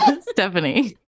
Stephanie